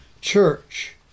church